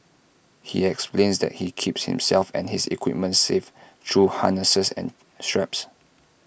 he explains that he keeps himself and his equipment safe through harnesses and straps